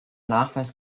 nachweis